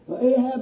Ahab